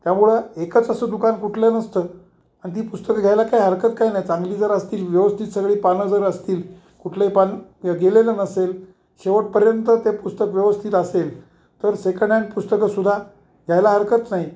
त्यामुळं एकच असं दुकान कुठलं नसतं अन ती पुस्तक घ्यायला काय हरकत काही नाही चांगली जर असतील व्यवस्थित सगळी पानं जर असतील कुठलंही पान गेलेलं नसेल शेवटपर्यंत ते पुस्तक व्यवस्थित असेल तर सेकंड हॅँड पुस्तक सुद्धा घ्यायला हरकत नाही